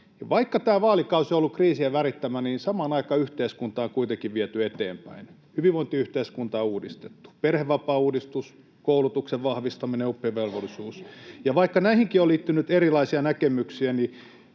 Vaikka tämä vaalikausi on ollut kriisien värittämä, niin samaan aikaan yhteiskuntaa on kuitenkin viety eteenpäin. Hyvinvointiyhteiskuntaa on uudistettu — perhevapaauudistus, koulutuksen vahvistaminen, oppivelvollisuus — ja vaikka näihinkin on liittynyt erilaisia näkemyksiä,